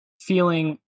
feeling